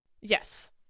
Yes